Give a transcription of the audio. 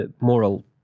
moral